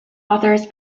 authors